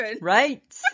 Right